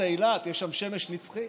זו אילת, יש שם שמש נצחית,